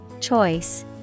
Choice